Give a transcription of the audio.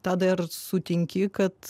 tadai ar sutinki kad